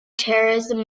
terrorism